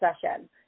session